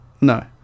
No